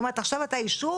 היא אומרת עכשיו אתה יישוב,